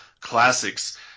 classics